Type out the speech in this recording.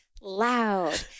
loud